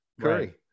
curry